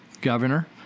governor